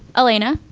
elena.